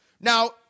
Now